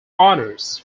honours